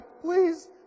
Please